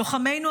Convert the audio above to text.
לוחמינו,